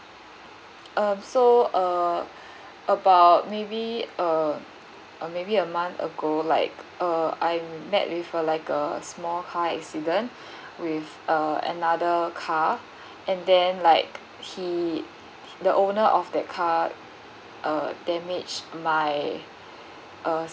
um so uh about maybe uh uh maybe a month ago like uh I met with a like a small car accident with uh another car and then like he the owner of that car uh damage my uh